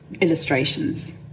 illustrations